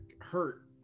hurt